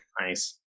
Nice